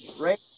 right